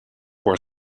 for